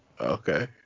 Okay